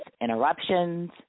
interruptions